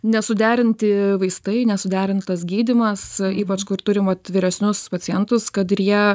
nesuderinti vaistai nesuderintas gydymas ypač kur turim vat vyresnius pacientus kad ir jie